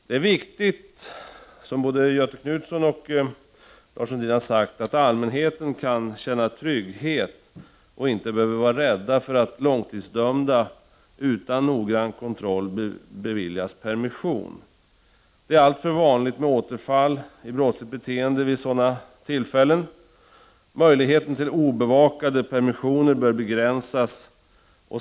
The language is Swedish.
Det är viktigt, som både Göthe Knutson och Lars Sundin har sagt, att allmänheten kan känna trygghet och inte behöver vara rädd för att långtidsdömda utan noggrann kontroll beviljas permission. Det är alltför vanligt med återfall i brottsligt beteende vid sådana tillfällen. Möjligheterna till obevakade permissioner bör begränsas.